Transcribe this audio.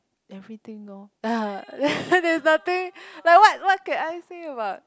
everything lor (uh huh) there's nothing like what what can I say about